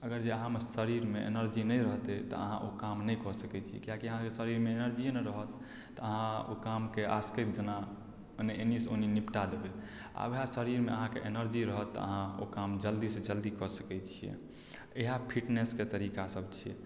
अगर जे अहाँकेँ शरीरमे एनर्जी नहि रहतै तऽ अहाँ ओ काम नहि कऽ सकै छी कियाकि अहाँकेँ शरीरमे एनर्जीए नहि रहत तऽ अहाँ ओ कामकेँ आसकैत जेना मने एनी सॅं ओनी निपटा देबै आ वएह अहाँकेँ शरीरमे एनर्जी रहत तऽ अहाँ ओ काम जल्दी सँ जल्दी कऽ सकै छियै इएह फिटनेस के तरीका सभ छीयै